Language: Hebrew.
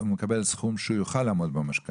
מה את רוצה להגיד בזה?